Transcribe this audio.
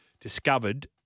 discovered